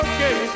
Okay